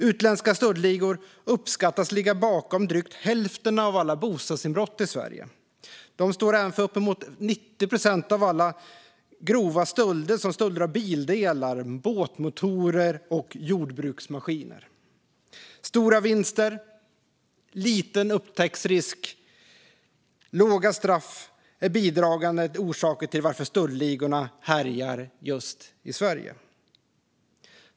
Utländska stöldligor uppskattas ligga bakom drygt hälften av alla bostadsinbrott i Sverige. De står även för uppemot 90 procent av grova stölder av bildelar, båtmotorer och jordbruksmaskiner. Stora vinster, liten upptäcktsrisk och låga straff är bidragande orsaker till att stöldligorna härjar just i Sverige.